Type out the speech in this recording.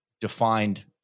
defined